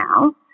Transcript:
now